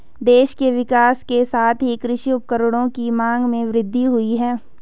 देश के विकास के साथ ही कृषि उपकरणों की मांग में वृद्धि हुयी है